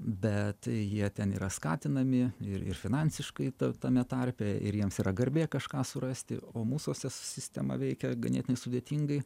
bet jie ten yra skatinami ir ir finansiškai tame tarpe ir jiems yra garbė kažką surasti o mūsuose su sistema veikia ganėtinai sudėtingai